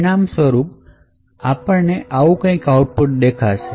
પરિણામ સ્વરૂપ આપણને આવું કંઈક output દેખાશે